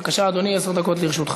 בבקשה, אדוני, עשר דקות לרשותך.